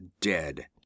dead